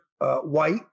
white